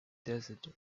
desert